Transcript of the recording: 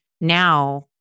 now